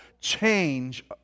change